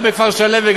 את מכירה את